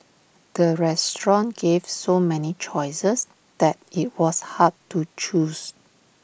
the restaurant gave so many choices that IT was hard to choose